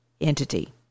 entity